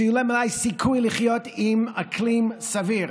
שיהיה להם אולי סיכוי לחיות עם אקלים סביר.